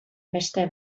beste